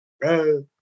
bro